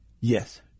Yes